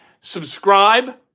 Subscribe